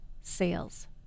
sales